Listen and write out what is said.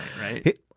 right